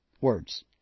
words